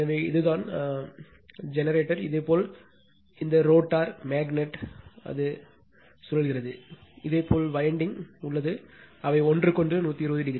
எனவே இதுதான் இதேபோல் இந்த ரோட்டார்மேக்னெட் அது காந்தம் சுழல்கிறது இதேபோல் வயண்டிங் உள்ளது அவை ஒன்றுக்கொன்று 120